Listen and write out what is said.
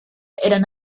eran